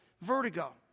vertigo